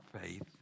faith